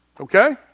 Okay